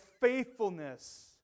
faithfulness